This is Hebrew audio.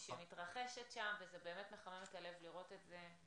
שמתרחשת שם, וזה באמת מחמם את הלב לראות את זה.